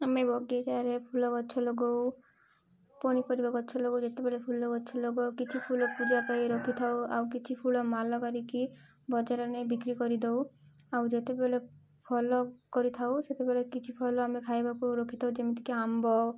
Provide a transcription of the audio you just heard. ଆମେ ବଗିଚାରେ ଫୁଲ ଗଛ ଲଗଉ ପନିପରିବା ଗଛ ଲଗଉ ଯେତେବେଳେ ଫୁଲ ଗଛ ଲଗଉ କିଛି ଫୁଲ ପୂଜା ପାଇ ରଖି ଥାଉ ଆଉ କିଛି ଫୁଲ ମାଳ କରିକି ବଜାର ନେଇ ବିକ୍ରି କରିଦଉ ଆଉ ଯେତେବେଳେ ଫଳ କରିଥାଉ ସେତେବେଳେ କିଛି ଫଳ ଆମେ ଖାଇବାକୁ ରଖିଥାଉ ଯେମିତିକି ଆମ୍ବ